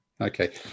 Okay